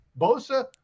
Bosa